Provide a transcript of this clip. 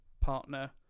partner